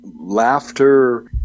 laughter